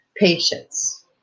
Patience